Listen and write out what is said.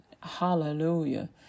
Hallelujah